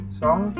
song